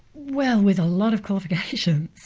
well with a lot of qualification.